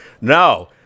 No